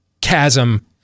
chasm